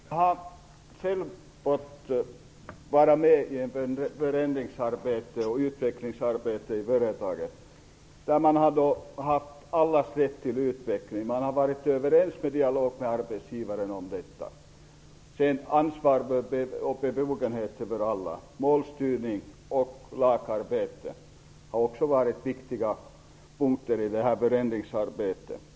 Herr talman! Jag har själv i företag varit med om förändrings och utvecklingsarbete. Man har i en dialog med arbetsgivaren varit överens om allas rätt till utveckling. Vidare har ansvar och befogenheter för alla samt målstyrning och lagarbete varit viktiga punkter i förändringsarbetet.